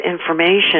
information